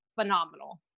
phenomenal